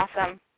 Awesome